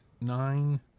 nine